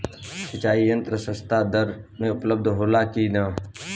सिंचाई यंत्र सस्ता दर में उपलब्ध होला कि न?